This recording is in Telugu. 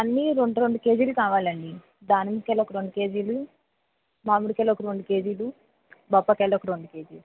అన్ని రెండు రెండు కేజీలు కావాలండి దానిమ్మకాయలు ఒక రెండు కేజీలు మామిడికాయలు ఒక రెండు కేజీలు బత్తాయి కాయలు ఒక రెండు కేజీలు